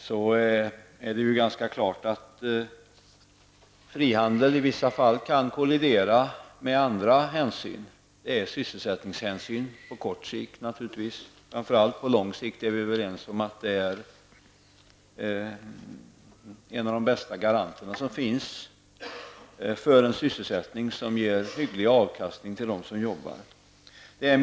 Det är ganska klart att frihandeln i vissa fall kan kollidera med andra hänsyn. På kort sikt hotar den sysselsättningen. På lång sikt däremot är den en av de bästa garanterna för en sysselsättning som ger hygglig avkastning till dem som arbetar.